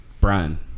Brian